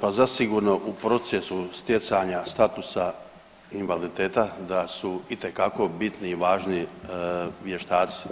Pa zasigurno u procesu stjecanja statusa invaliditeta da su itekako bitni i važni vještaci